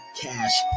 Cash